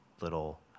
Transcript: little